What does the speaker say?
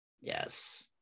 Yes